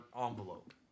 envelope